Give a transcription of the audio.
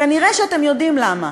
כנראה אתם יודעים למה.